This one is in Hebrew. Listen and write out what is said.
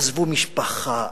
עזבו משפחה,